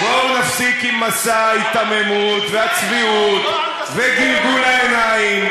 בואו נפסיק עם מסע ההיתממות והצביעות וגלגול העיניים.